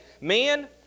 men